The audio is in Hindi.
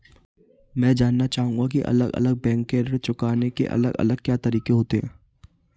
मैं जानना चाहूंगा की अलग अलग बैंक के ऋण चुकाने के अलग अलग क्या तरीके होते हैं?